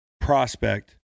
prospect